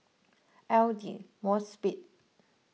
Aidli Mosbit